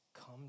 come